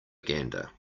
gander